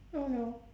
oh no